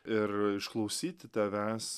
ir išklausyti tavęs